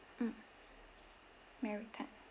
mm mary Tan